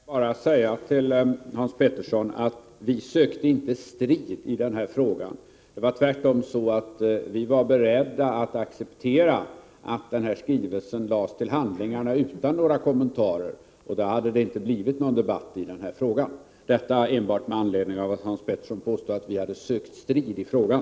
Fru talman! Låt mig bara säga till Hans Petersson i Hallstahammar: Vi sökte inte strid i den här frågan. Vi var tvärtom beredda att acceptera att skrivelsen lades till handlingarna utan några kommentarer, och då hade det inte blivit någon debatt i frågan. Jag ville säga detta enbart med anledning av att Hans Petersson påstod att vi hade sökt strid i frågan.